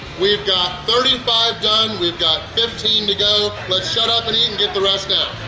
we've got thirty five done, we've got fifteen to go! let's shut up and eat and get the rest down!